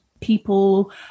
people